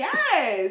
Yes